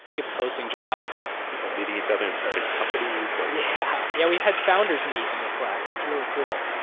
people posting jobs. people meeting each other and starting companies. like yeah yeah. we've had founders meet in the slack. it's really cool.